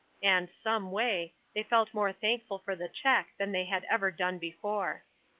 and, someway, they felt more thankful for the check than they had ever done before.